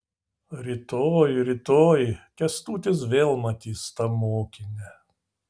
rytoj rytoj kęstutis vėl matys tą mokinę